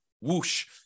whoosh